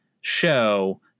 show